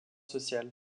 sociales